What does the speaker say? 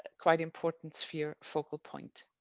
quite important. sphere focal point